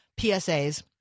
PSAs